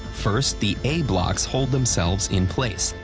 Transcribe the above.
first the a blocks hold themselves in place.